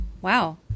Wow